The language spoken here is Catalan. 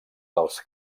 dels